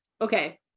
Okay